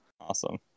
Awesome